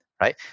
right